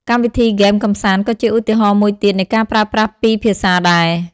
កម្មវិធីហ្គេមកម្សាន្តក៏ជាឧទាហរណ៍មួយទៀតនៃការប្រើប្រាស់ពីរភាសាដែរ។